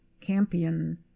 campion